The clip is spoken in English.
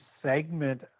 Segment